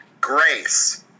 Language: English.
Grace